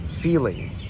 feeling